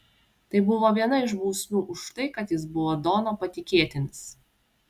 tai buvo viena iš bausmių už tai kad jis buvo dono patikėtinis